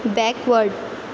backward